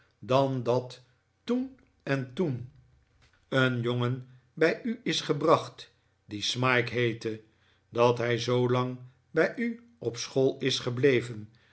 dan dat toen en toen een jongen bij u is gebracht die smike heette dat hij zoolang bij u op school is gebleven